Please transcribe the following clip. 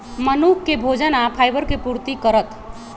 मनुख के भोजन आ फाइबर के पूर्ति करत